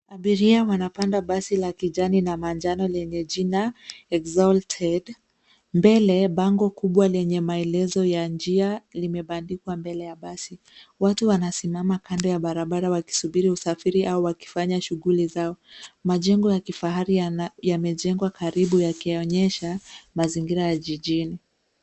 Abiria wanapanda basi la kijani na manjano lenye jina Exalted . Mbele, bango kubwa lenye maelezo ya njia, limebandikwa mbele ya basi. Watu wanasimama kando ya barabara wakisubiri usafiri au wakifanya shughuli zao. Majengo ya kifahari yamejengwa karibu yakionyesha mazingira ya jijini.